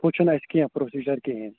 ہُہ چھُنہٕ اَسہِ کینٛہہ پرٛوسیٖجَر کِہیٖنۍ